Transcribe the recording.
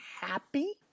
happy